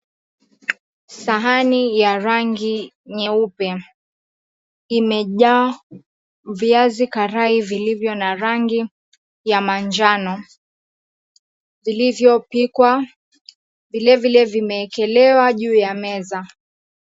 Sahani ya rangi nyeupe imejaa viazi karai vilivyo na rangi ya manjano vilivyopikwa, vilevile vimeekelewa juu ya meza.